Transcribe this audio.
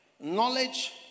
Knowledge